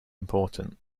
important